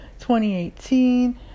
2018